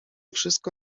wszystko